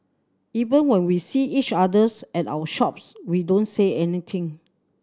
even when we see each others at our shops we don't say anything